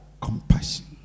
Compassion